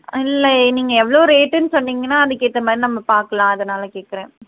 இல்லை நீங்கள் எவ்வளோ ரேட்டுன்னு சொன்னிங்கன்னா அதுக்கு ஏத்தமாதிரி நம்ம பார்க்கலாம் அதனால கேட்குறன்